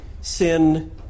sin